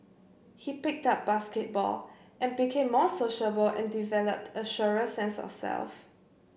he picked up basketball and became more sociable and developed a surer sense of self